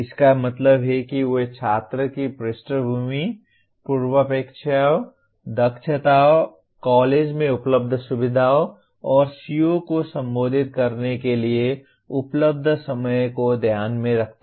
इसका मतलब है कि वे छात्र की पृष्ठभूमि पूर्वापेक्षाओं दक्षताओं कॉलेज में उपलब्ध सुविधाओं और CO को संबोधित करने के लिए उपलब्ध समय को ध्यान में रखते हैं